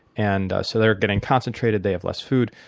and so they're getting concentrated, they have less food.